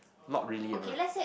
not really